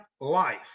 life